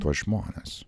tuos žmones